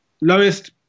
lowest